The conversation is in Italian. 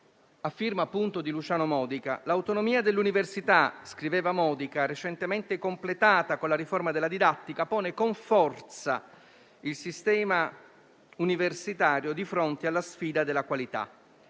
a firma appunto di Luciano Modica, in cui scriveva: «L'autonomia dell'università, recentemente completata con la riforma della didattica, pone con forza il sistema universitario di fronte alla sfida della qualità.